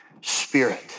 spirit